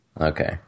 Okay